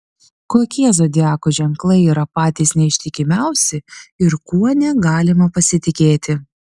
kokie zodiako ženklai yra patys neištikimiausi ir kuo negalima pasitikėti